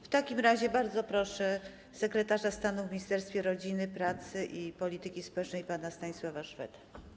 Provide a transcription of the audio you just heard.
W takim razie bardzo proszę sekretarza stanu w Ministerstwie Rodziny, Pracy i Polityki Społecznej pana Stanisława Szweda.